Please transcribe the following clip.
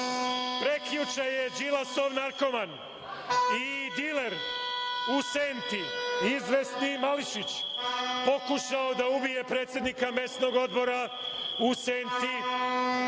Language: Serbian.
Prekjuče je Đilasov narkoman i diler u Senti, izvesni Mališić, pokušao da ubije predsednika mesnog odbora u Senti,